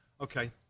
okay